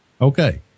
Okay